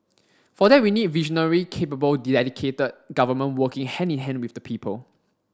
for that we need visionary capable dedicated government working hand in hand with the people